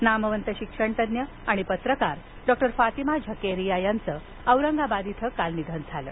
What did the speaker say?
झकारिया नामवंत शिक्षणतज्ञ पत्रकार डॉक्टर फातेमा झकारिया यांचं औरंगाबाद इथं काल निधन झालं